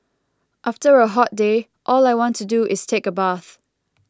after a hot day all I want to do is take a bath